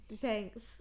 Thanks